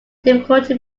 difficulty